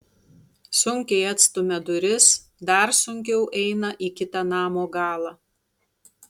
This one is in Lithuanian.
sunkiai atstumia duris dar sunkiau eina į kitą namo galą